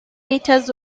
meters